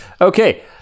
Okay